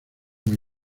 muy